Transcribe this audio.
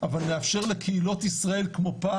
ניתנה לי האפשרות לעבור קורס